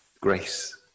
grace